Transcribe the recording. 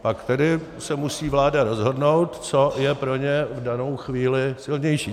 Pak tedy se musí vláda rozhodnout, co je pro ně v danou chvíli silnější.